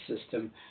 system